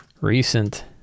recent